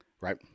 right